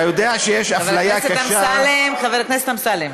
אתה יודע שיש אפליה קשה, חבר הכנסת אמסלם.